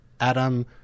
Adam